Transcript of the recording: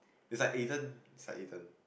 is like Ayden is like Ayden